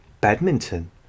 badminton